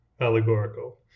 allegorical